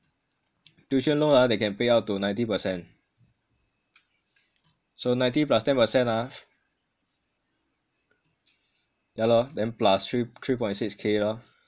tuition loan ah they can pay up to ninety percent so ninety plus ten percent ah yah lor then plus three point six k lor